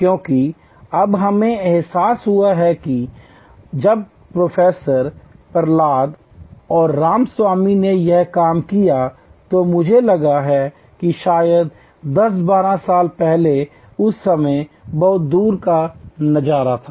क्योंकि अब हमें एहसास हुआ है और जब प्रोफेसर प्रहलाद और रामास्वामी ने यह काम किया तो मुझे लगता है कि शायद 10 12 साल पहले उस समय बहुत दूर का नजारा था